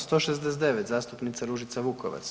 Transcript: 169. zastupnica Ružica Vukovac.